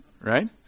Right